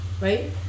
Right